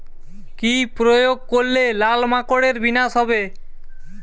কি প্রয়োগ করলে লাল মাকড়ের বিনাশ হবে?